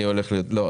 לא,